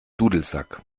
dudelsack